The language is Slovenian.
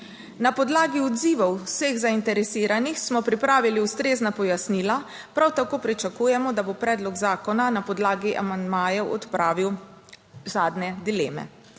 Na podlagi odzivov vseh zainteresiranih smo pripravili ustrezna pojasnila, prav tako pričakujemo, da bo predlog zakona na podlagi amandmajev odpravil zadnje dileme.